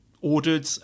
ordered